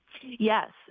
Yes